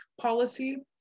policy